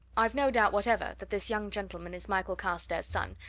i've no doubt whatever that this young gentleman is michael carstairs' son,